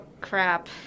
crap